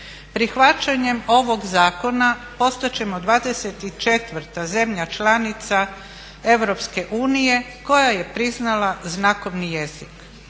Prihvaćanjem ovog zakona postat ćemo 24 zemlja članica EU koja je priznala znakovni jezik.